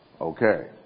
Okay